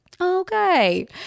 Okay